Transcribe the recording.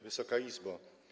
Wysoka Izbo!